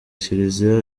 kiliziya